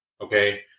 Okay